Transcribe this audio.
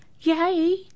Yay